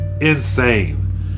insane